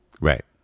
Right